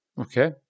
Okay